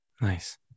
Nice